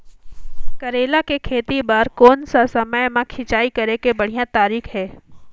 करेला के खेती बार कोन सा समय मां सिंचाई करे के बढ़िया तारीक हे?